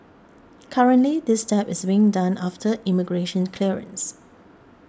currently this step is being done after immigration clearance